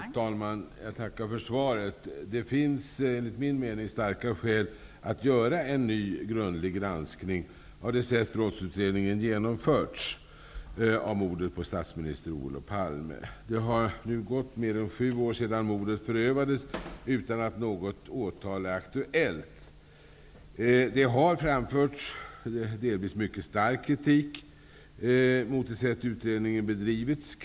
Fru talman! Jag tackar för svaret. Det finns enligt min mening starka skäl att göra en ny grundlig granskning av det sätt brottsutredningen av mordet på statsminister Olof Palme genomförts. Det har nu gått mer än sju år sedan mordet förövades utan att något åtal är aktuellt. Det har framförts delvis mycket stark kritik mot det sätt som utredningen har bedrivits på.